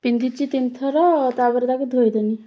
ପିନ୍ଧିଛି ତିନିଥର ତା'ପରେ ତାକୁ ଧୋଇଦେଲି